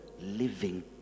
living